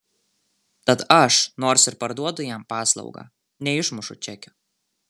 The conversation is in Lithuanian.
tad aš nors ir parduodu jam paslaugą neišmušu čekio